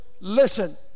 Listen